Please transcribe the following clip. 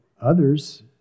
others